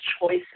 choices